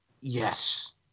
Yes